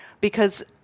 because-